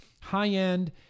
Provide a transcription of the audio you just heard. high-end